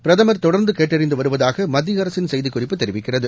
பிரதமர் தொடர்ந்தகேட்டறிந்துவருவதாகமத்தியஅரசின் செய்திக்குறிப்பு தெரிவிக்கிறது